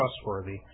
trustworthy